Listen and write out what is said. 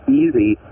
easy